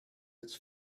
its